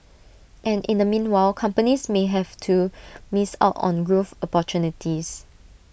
and in the meanwhile companies may have to miss out on growth opportunities